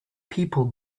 people